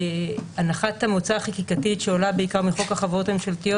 הנחת המוצא החקיקתית שעולה בעיקר מחוק החברות הממשלתיות